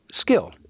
skill